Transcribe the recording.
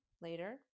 later